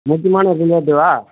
முக்கியமான ரிலேட்டிவா